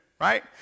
Right